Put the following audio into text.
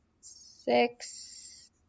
six